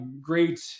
great